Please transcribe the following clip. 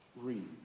read